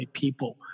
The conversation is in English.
people